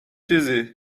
چیزی